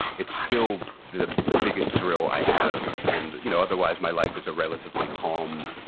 it's still the the biggest thrill i have and you know otherwise, my life is a relatively calm,